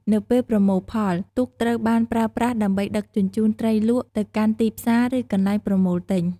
នៅពេលប្រមូលផល ទូកត្រូវបានប្រើប្រាស់ដើម្បីដឹកជញ្ជូនត្រីលក់ទៅកាន់ទីផ្សារ ឬកន្លែងប្រមូលទិញ។